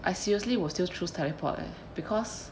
I seriously will still choose teleport leh because